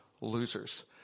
losers